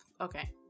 okay